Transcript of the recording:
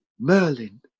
Merlin